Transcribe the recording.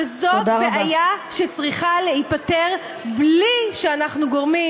אבל זאת בעיה שצריכה להיפתר בלי שאנחנו גורמים